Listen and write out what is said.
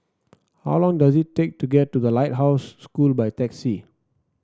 how long does it take to get to The Lighthouse School by taxi